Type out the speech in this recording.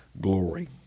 glory